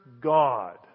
God